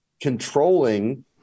controlling